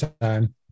time